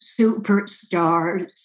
superstars